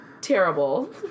terrible